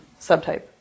subtype